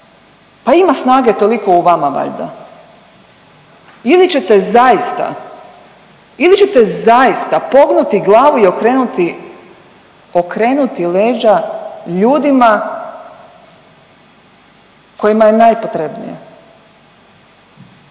Pa ima snage toliko u vama valjda. Ili ćete zaista, ili ćete zaista pognuti glavu i okrenuti leđa ljudima kojima je najpotrebnije.